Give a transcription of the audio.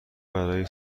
برای